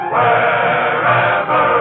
Wherever